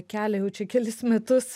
kelia jau čia kelis metus